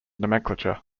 nomenclature